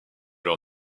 leur